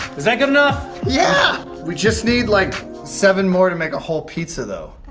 is that good enough? yeah. we just need like seven more to make a whole pizza, though.